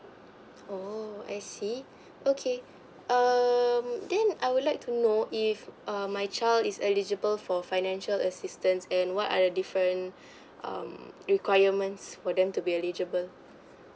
oo I see okay um then I would like to know if um my child is eligible for financial assistance and what are the different um requirements for them to be eligible